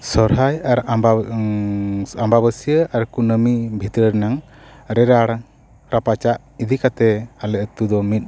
ᱥᱚᱨᱦᱟᱭ ᱟᱨ ᱟᱢᱵᱟᱵᱟᱹᱥᱭᱟᱹ ᱟᱨ ᱠᱩᱱᱟᱹᱢᱤ ᱵᱷᱤᱛᱟᱹᱨ ᱨᱮᱱᱟᱜ ᱨᱮᱲᱟᱲ ᱨᱟᱯᱟᱪᱟᱜ ᱤᱫᱤ ᱠᱟᱛᱮᱫ ᱟᱞᱮ ᱟᱛᱳ ᱫᱚ ᱢᱤᱫ